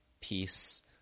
peace